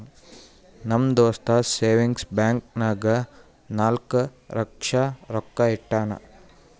ನಮ್ ದೋಸ್ತ savings bank ನಾಗ್ ನಾಲ್ಕ ಲಕ್ಷ ರೊಕ್ಕಾ ಇಟ್ಟಾನ್ ಅಂತ್